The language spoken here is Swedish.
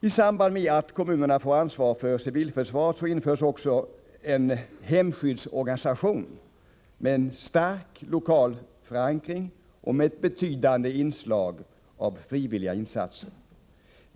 I samband med att kommunerna får ansvar för civilförsvaret införs också en hemskyddsorganisation, med stark lokal förankring och med ett betydande inslag av frivilliga insatser.